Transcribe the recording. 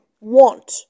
want